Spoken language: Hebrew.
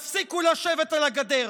הפסיקו לשבת על הגדר.